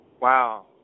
Wow